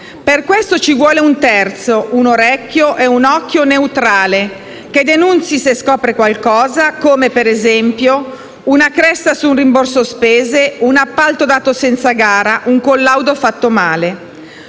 Per questo ci vuole un terzo, un orecchio e un occhio neutrale che denunzi se scopre qualcosa, come, per esempio, una cresta su un rimborso spese, un appalto dato senza gara, un collaudo fatto male.